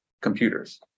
computers